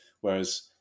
Whereas